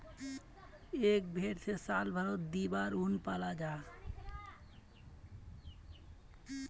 एक भेर से साल भारोत दी बार उन पाल जाहा